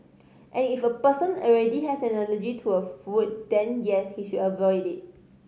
and if a person already has an allergy to a food then yes he should avoid it